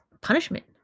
punishment